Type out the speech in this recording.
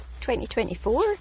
2024